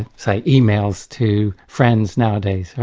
and say, emails to friends nowadays.